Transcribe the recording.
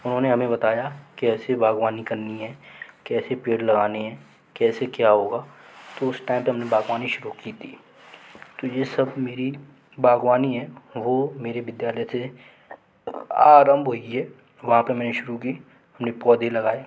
उन्होंने हमें बताया कैसे बाग़बानी करनी है कैसे पेड़ लगाने हैं कैसे क्या होगा तो उस टैम पर हम ने बाग़बानी शुरू की ती तो ये सब मेरी बाग़बानी है वो मेरे विद्यालय से आरम्भ हुई है वहाँ पर मैं शुरू की हम ने पौधे लगाए